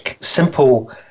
simple